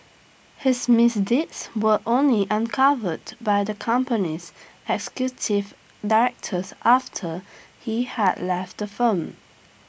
his misdeeds were only uncovered by the company's executive directors after he had left the firm